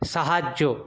সাহায্য